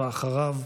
ואחריו,